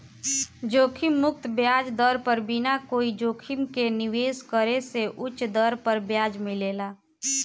जोखिम मुक्त ब्याज दर पर बिना कोई जोखिम के निवेश करे से उच दर पर ब्याज मिलेला